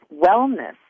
wellness